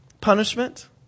punishment